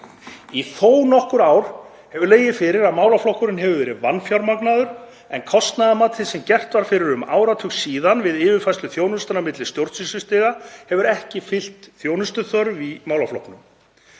Í þó nokkur ár hefur legið fyrir að málaflokkurinn hefur verið vanfjármagnaður en kostnaðarmatið sem var gert fyrir um áratug síðan við yfirfærslu þjónustunnar milli stjórnsýslustiga hefur ekki fylgt þjónustuþörf í málaflokknum.